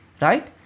Right